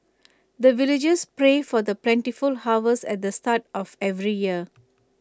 the villagers pray for the plentiful harvest at the start of every year